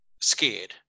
scared